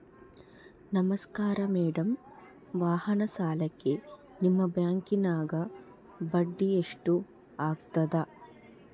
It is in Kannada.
ನಮಸ್ಕಾರ ಮೇಡಂ ವಾಹನ ಸಾಲಕ್ಕೆ ನಿಮ್ಮ ಬ್ಯಾಂಕಿನ್ಯಾಗ ಬಡ್ಡಿ ಎಷ್ಟು ಆಗ್ತದ?